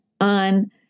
on